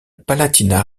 palatinat